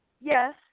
Yes